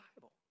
Bible